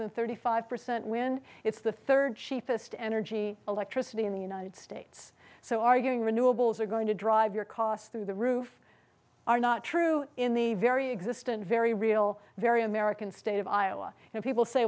than thirty five percent when it's the third chiefest energy electricity in the united states so arguing renewables are going to drive your costs through the roof are not true in the very existence very real very american state of iowa and people say